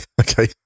okay